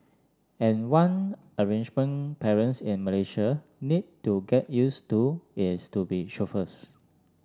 and one arrangement parents in Malaysia need to get used to is to be chauffeurs